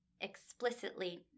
explicitly